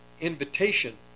invitation